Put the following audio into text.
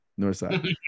Northside